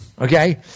Okay